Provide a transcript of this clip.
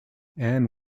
anne